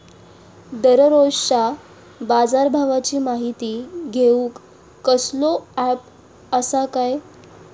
दररोजच्या बाजारभावाची माहिती घेऊक कसलो अँप आसा काय?